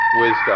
wisdom